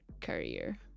career